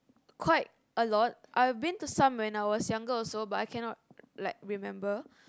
quite a lot I've been to some when I was younger also but I cannot like remember